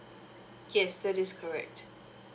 yes that is correct